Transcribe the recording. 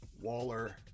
Waller